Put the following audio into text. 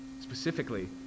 Specifically